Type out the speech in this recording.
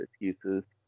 excuses